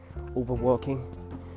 overworking